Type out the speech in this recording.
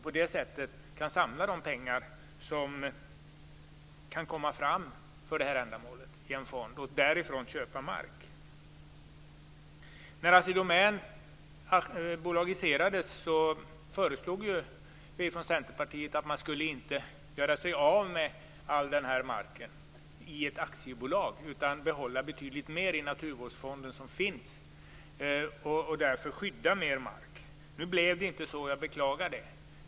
På det sättet skulle man kunna samla de pengar som man får ihop för ändamålet i en fond. För dessa pengar kan fonden sedan köpa mark. När Assi Domän bolagiserades föreslog vi från Centerpartiet att man inte skulle göra sig av med all mark i ett aktiebolag utan behålla betydligt mera i de naturvårdsfonder som finns. På det sättet hade mer mark kunnat skyddas. Nu blev det inte så, och jag beklagar det.